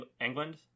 England